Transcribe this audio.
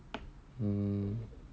mm